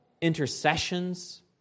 intercessions